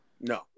No